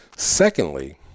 Secondly